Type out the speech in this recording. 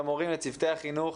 למורים, לצוות החינוך.